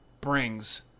brings